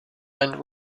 and